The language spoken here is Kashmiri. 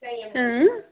اۭں